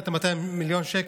נעבור לדיון הסיעתי.